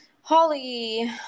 Holly